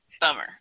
bummer